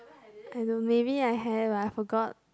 I don't~ maybe I have I forgot